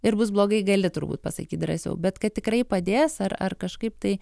ir bus blogai gali turbūt pasakyt drąsiau bet kad tikrai padės ar ar kažkaip tai